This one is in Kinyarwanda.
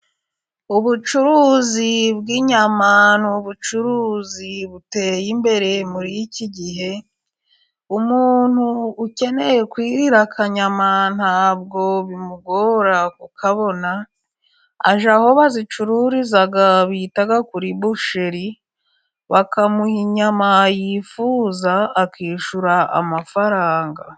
Ubucuruzi bw'inyama ni ubucuruzi buteye imbere muri iki gihe, umuntu ukeneye kwirira akanyama ntabwo bimugora kukabona, ajya aho bazicururiza bita kuri Busheri, bakamuha inyama yifuza, akishyura amafaranga.